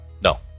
No